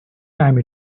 time